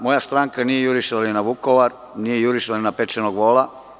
Moja stranka nije jurišala ni na Vukovar, nije jurišala na pečenog vola.